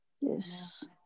Yes